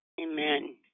amen